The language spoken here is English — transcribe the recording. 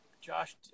Josh